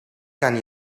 kan